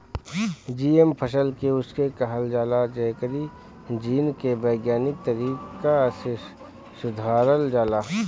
GM फसल उके कहल जाला जेकरी जीन के वैज्ञानिक तरीका से सुधारल जाला